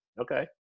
Okay